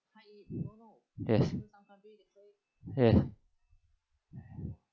yes yes